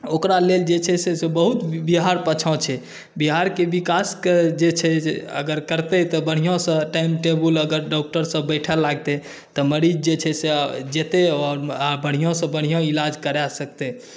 ओकरालेल जे छै से बहुत बिहार पाछाँ छै बिहारके विकासके जे छै अगर करतै तऽ बढ़िआँसँ टाइम टेबुल अगर डॉक्टरसभ बैठय लागतै तऽ मरीज जे छै से जेतै आओर बढ़िआँसँ बढ़िआँ इलाज कराए सकतै